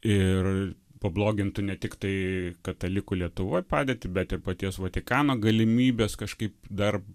ir pablogintų ne tiktai katalikų lietuvoj padėtį bet ir paties vatikano galimybes kažkaip dar